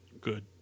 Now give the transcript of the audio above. Good